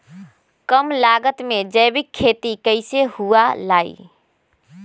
कम लागत में जैविक खेती कैसे हुआ लाई?